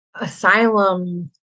Asylum